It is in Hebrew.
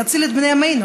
להציל את בני עמנו,